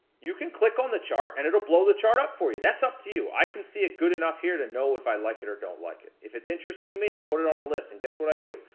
you can click on the chart and it'll blow the chart up for you. that's up to you. i can see it good enough here to know if i like it or don't like it. if it's interesting to me, i put it on a list, and guess what i do?